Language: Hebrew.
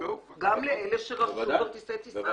גם לאלה שרכשו כרטיסי טיסה.